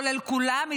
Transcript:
כולל כולם,